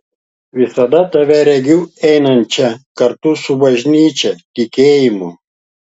visada tave regiu einančią kartu su bažnyčia tikėjimu